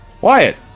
Wyatt